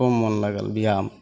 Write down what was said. खूब मोन लागल बिआहमे